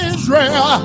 Israel